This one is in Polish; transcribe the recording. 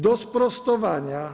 Do sprostowania.